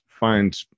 find